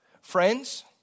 Friends